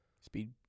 Speed